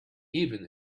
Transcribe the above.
even